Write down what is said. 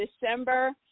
December